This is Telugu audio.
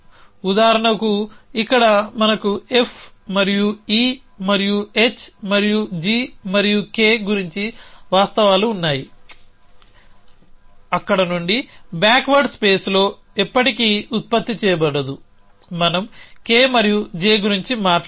ఉదాహరణకు ఇక్కడ మనకు F మరియు E మరియు H మరియు G మరియు K గురించి వాస్తవాలు ఉన్నాయి అక్కడ నుండి బ్యాక్ వార్డ్ పేస్లో ఎప్పటికీ ఉత్పత్తి చేయబడదు మనం K మరియు J గురించి మాట్లాడము